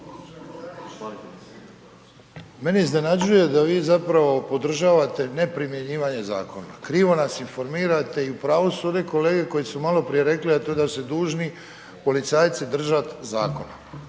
Mene iznenađuje da vi zapravo podržavate neprimjenjivanje zakona. Krivo nas informirate i upravu su one kolege koji su maloprije rekli a to je da ste dužni policajce držati zakona.